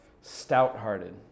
stout-hearted